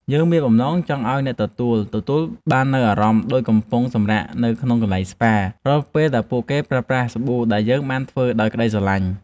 យើងមានបំណងចង់ឱ្យអ្នកទទួលទទួលបាននូវអារម្មណ៍ដូចកំពុងសម្រាកនៅក្នុងកន្លែងស្ប៉ា រាល់ពេលដែលពួកគេប្រើប្រាស់សាប៊ូដែលយើងបានធ្វើដោយក្តីស្រឡាញ់។